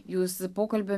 jūs pokalbio